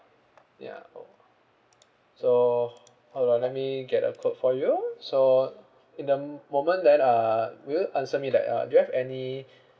ya orh so all right let me get a quote for you so in the moment then uh will you answer me that uh do you have any